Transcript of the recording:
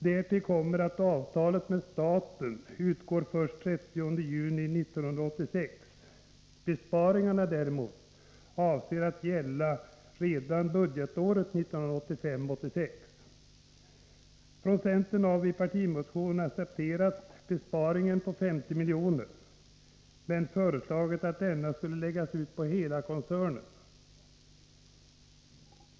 Därtill kommer att avtalet med staten utgår först den 30 juni 1986, medan besparingarna avses gälla redan budgetåret 1985/86. Från centern har vi i en partimotion accepterat besparingen på 50 miljoner men föreslagit att denna skall läggas ut på hela koncernen.